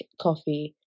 coffee